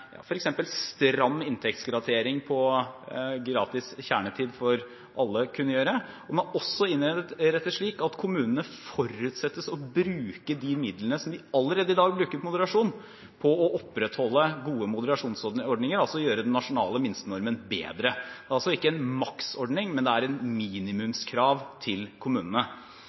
kunne gjøre. Den er også innrettet slik at kommunene forutsettes å bruke de midlene som de allerede i dag bruker på moderasjon, på å opprettholde gode moderasjonsordninger – altså gjøre den nasjonale minstenormen bedre. Det er altså ikke en maksordning, men et minimumskrav til kommunene.